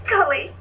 Cully